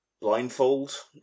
blindfold